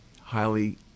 highly